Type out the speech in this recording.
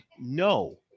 no